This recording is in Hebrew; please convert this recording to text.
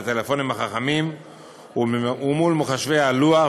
הטלפונים החכמים ומול מחשבי הלוח,